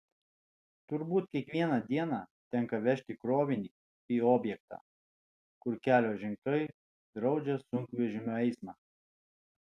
turbūt kiekvieną dieną tenka vežti krovinį į objektą kur kelio ženklai draudžia sunkvežimio eismą